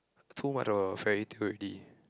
too much of a fairytale already